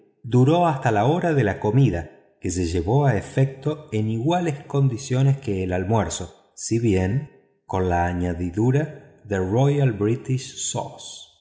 duró hasta la hora de la comida que se llevó a efecto en iguales condiciones que el almuerzo si bien con la añadidura de royal